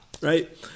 right